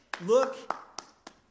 Look